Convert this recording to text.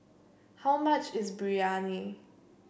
how much is Biryani